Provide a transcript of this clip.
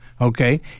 Okay